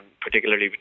particularly